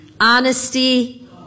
honesty